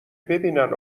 ببینن